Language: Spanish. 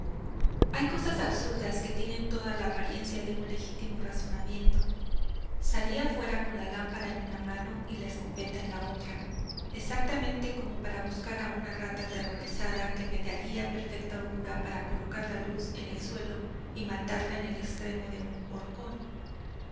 hay cosas absurdas que tienen toda la apariencia de un legítimo razonamiento salí afuera con la lámpara en una mano y la escopeta en la otra exactamente como para buscar a una rata aterrorizada que me daría perfecta holgura para colocar la luz en el suelo y matarla en el extremo de un horcón